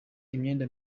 imyenda